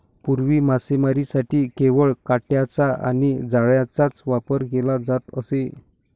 पूर्वी मासेमारीसाठी केवळ काटयांचा आणि जाळ्यांचाच वापर केला जात असे